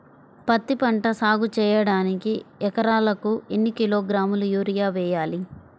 పత్తిపంట సాగు చేయడానికి ఎకరాలకు ఎన్ని కిలోగ్రాముల యూరియా వేయాలి?